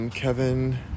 Kevin